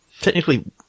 technically